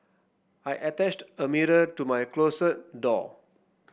I attached a mirror to my closet door